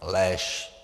Lež!